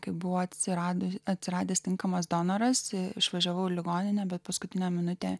kaip buvo atsirado atsiradęs tinkamas donoras išvažiavau į ligoninę bet paskutinę minutę